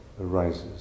arises